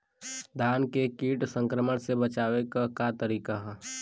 धान के कीट संक्रमण से बचावे क का तरीका ह?